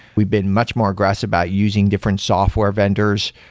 we've been much more aggressive by using different software vendors.